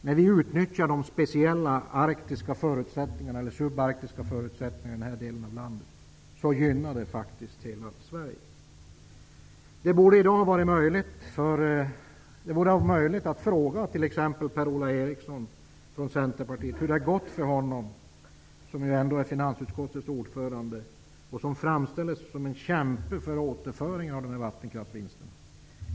När dessa speciella sub-arktiska förhållanden utnyttjas i landet gynnas hela Sverige. Det borde vara möjligt att fråga t.ex. Per-Ola Eriksson i Centerpartiet hur det har gått för honom. Han är ändå finansutskottets ordförande och framstår som en förkämpe för en återföring av dessa vattenkraftsvinster.